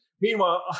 Meanwhile